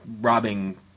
robbing